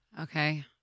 Okay